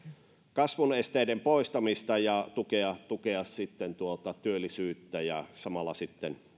kasvun esteiden poistamista ja tukea tukea työllisyyttä ja samalla sitten